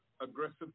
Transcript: aggressive